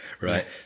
right